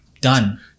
done